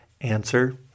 Answer